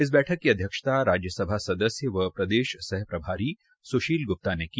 इस बैठक की अध्यक्षता राज्यसभा सदस्य व प्रदेश सह प्रभारी सुशील गुप्ता ने की